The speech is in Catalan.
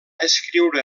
escriure